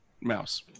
Mouse